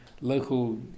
local